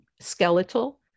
skeletal